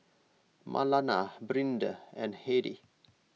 Marlana Brinda and Hedy